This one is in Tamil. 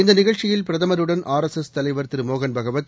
இந்த நிகழ்ச்சியில் பிரதமருடன் ஆர் எஸ் எஸ் தலைவர் திரு மோகன் பாகவத்